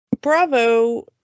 bravo